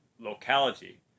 locality